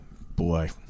Boy